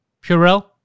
Purell